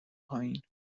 پایین